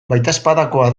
baitezpadakoa